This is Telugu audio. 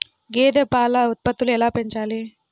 గేదె పాల ఉత్పత్తులు ఎలా పెంచాలి?